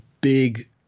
big